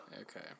Okay